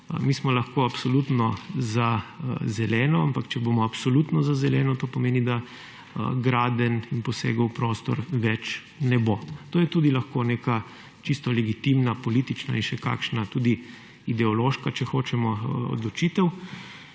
mi smo lahko absolutno za zeleno, ampak če bomo absolutno za zeleno, to pomeni, da gradenj in posegov v prostor več ne bo. To je tudi lahko neka čisto legitimna politična in še kakšna, tudi ideološka, če hočemo, odločitev,